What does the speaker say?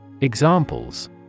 Examples